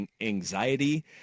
anxiety